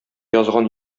язган